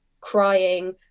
crying